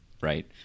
right